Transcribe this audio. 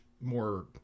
more